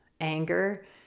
anger